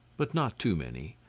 but not too many.